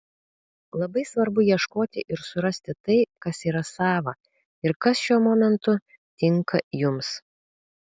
labai svarbu ieškoti ir surasti tai kas yra sava ir kas šiuo momentu tinka jums